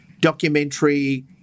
documentary